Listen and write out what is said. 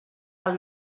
del